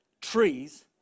trees